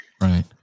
Right